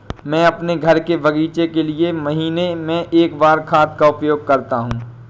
मैं अपने घर के बगीचे के लिए महीने में एक बार खाद का उपयोग करता हूँ